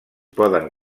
poden